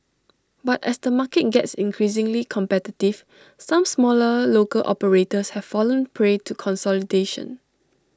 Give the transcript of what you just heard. but as the market gets increasingly competitive some smaller local operators have fallen prey to consolidation